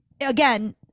again